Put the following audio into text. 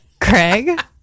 Craig